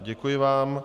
Děkuji vám.